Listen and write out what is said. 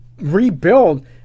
rebuild